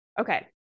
Okay